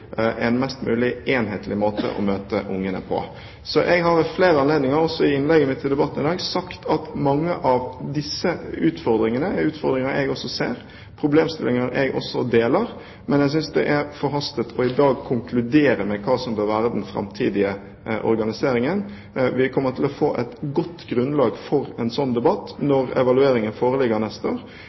en mest mulig enhetlig måte å møte ungene på. Så jeg har ved flere anledninger, også i innlegget mitt i debatten i dag, sagt at mange av disse utfordringene er utfordringer jeg også ser, det er problemstillinger jeg også ser, men jeg synes det er forhastet i dag å konkludere med hva som bør være den framtidige organiseringen. Vi kommer til å få et godt grunnlag for en sånn debatt når evalueringen foreligger neste år.